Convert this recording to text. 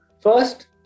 First